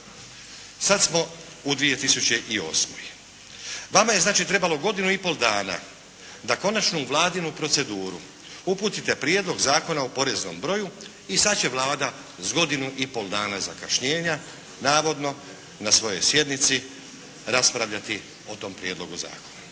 Sad smo u 2008. Vama je znači trebalo godinu i pol dana da konačno u Vladinu proceduru uputite Prijedlog Zakona o poreznom broju i sad će Vlada s godinu i pol dana zakašnjenja navodno na svojoj sjednici raspravljati o tom prijedlogu zakona.